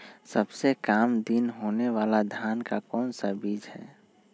सबसे काम दिन होने वाला धान का कौन सा बीज हैँ?